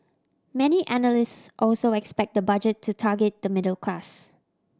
many analysts also expect the Budget to target the middle class